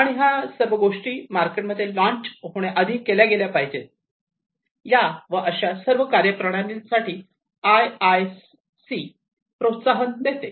आणि हा सर्व गोष्टी मार्केटमध्ये लॉन्च होण्याच्या आधी केल्या गेल्या पाहिजेत या व अशा सर्व कार्य प्रणाली साठी आय आय सी प्रोत्साहन देते